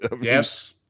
Yes